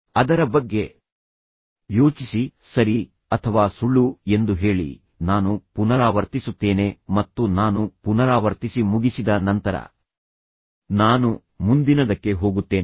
ಅದರ ಬಗ್ಗೆ ಯೋಚಿಸಿ ಸರಿ ಅಥವಾ ಸುಳ್ಳು ಎಂದು ಹೇಳಿ ನಾನು ಪುನರಾವರ್ತಿಸುತ್ತೇನೆ ಮತ್ತು ನಾನು ಪುನರಾವರ್ತಿಸಿ ಮುಗಿಸಿದ ನಂತರ ನಾನು ಮುಂದಿನದಕ್ಕೆ ಹೋಗುತ್ತೇನೆ